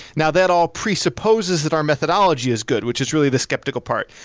now, that all presupposes that our methodology is good, which is really the skeptical part.